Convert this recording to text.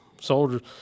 soldiers